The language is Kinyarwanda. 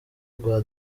rwa